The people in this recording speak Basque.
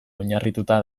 oinarrituta